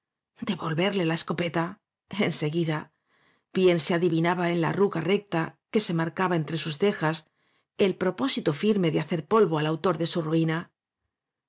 devolverle la escopeta en seguida bien se adivinaba en la arruga recta que se marcaba entre sus cejas el propósito firme de hacer polvo al autor de su ruina